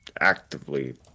actively